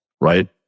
right